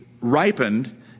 ripened